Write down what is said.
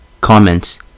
Comments